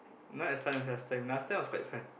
not as fun as last time last time was quite fun